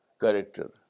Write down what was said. Character